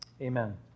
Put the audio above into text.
amen